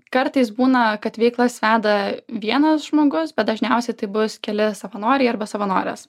kartais būna kad veiklas veda vienas žmogus bet dažniausiai tai bus keli savanoriai arba savanorės